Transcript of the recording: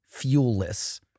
fuelless